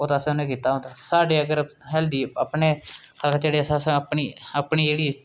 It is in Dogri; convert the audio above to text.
ओह्दा तां असें बी निं कीता होंदा साढ़ी अगर हैल्दी अपने अगर जेह्ड़ी अस अस अपनी अपनी जेह्ड़ी